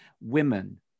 women